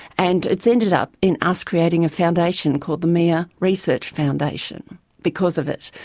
and it's ended up in us creating a foundation called the mia research foundation because of it.